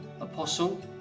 Apostle